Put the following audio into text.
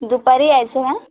दुपारी यायचं आहे हां